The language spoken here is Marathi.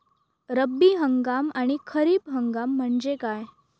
रब्बी हंगाम आणि खरीप हंगाम म्हणजे काय?